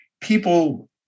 people